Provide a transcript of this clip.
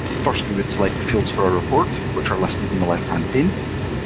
first we would select the fields for our report, which are listed in the left-hand pane.